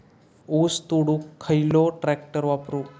ऊस तोडुक खयलो ट्रॅक्टर वापरू?